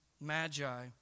magi